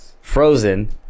frozen